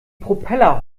propeller